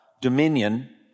dominion